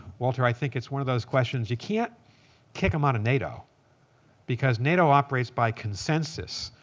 walter, i think it's one of those questions you can't kick them out of nato because nato operates by consensus.